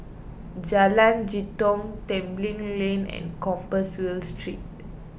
Jalan Jitong Tembeling Lane and Compassvale Street